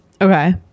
Okay